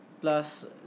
Plus